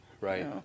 Right